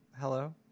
Hello